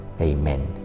Amen